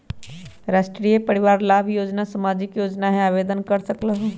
राष्ट्रीय परिवार लाभ योजना सामाजिक योजना है आवेदन कर सकलहु?